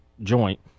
joint